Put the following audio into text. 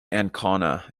ancona